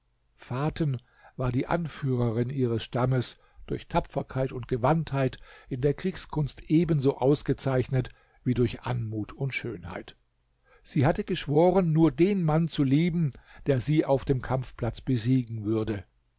faten war die anführerin ihres stammes durch tapferkeit und gewandheit in der kriegskunst ebenso ausgezeichnet wie durch anmut und schönheit sie hatte geschworen nur den mann zu lieben der sie auf dem kampfplatz besiegen würde